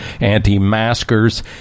anti-maskers